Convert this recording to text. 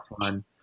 fun